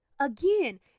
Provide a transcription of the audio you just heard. Again